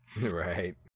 Right